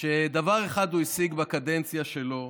שדבר אחד הוא השיג בקדנציה שלו,